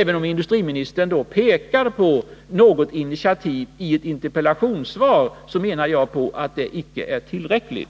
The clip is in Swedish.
Även om industriministern pekar på något initiativ i ett interpellationssvar, så menar jag att det icke är tillräckligt.